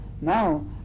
now